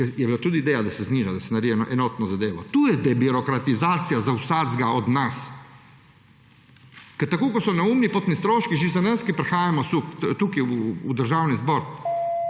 ker je bila tudi ideja, da se zniža, da se naredi enotno zadevo. To je debirokratizacija za vsakega od nas. Kot so neumni potni stroški že za nas, ki prihajamo v Državni zbor.